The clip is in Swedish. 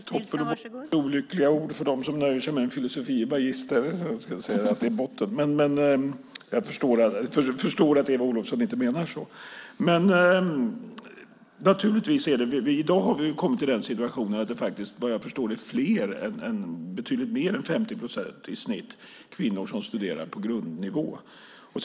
Fru talman! Toppen och botten är olyckliga ord för dem som nöjer sig med en filosofie magisterexamen - om man kallar det för botten. Jag förstår att Eva Olofsson inte menar så. I dag har vi kommit till den situationen att betydligt fler än 50 procent av dem som studerar på grundnivå är kvinnor.